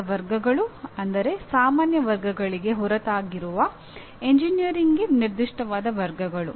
ಜ್ಞಾನದ ವರ್ಗಗಳು ಸಾಮಾನ್ಯ ವರ್ಗಗಳಿಗೆ ಹೊರತಾಗಿರುವ ಎಂಜಿನಿಯರಿಂಗ್ಗೆ ನಿರ್ದಿಷ್ಟವಾದ ವರ್ಗಗಳು